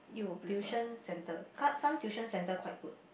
tuition centre some tuition centre quite good